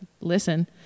listen